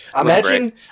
Imagine